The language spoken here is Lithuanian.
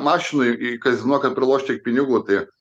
mašinoj į kazino kad pralošt tiek pinigų tai